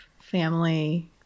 family